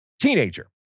teenager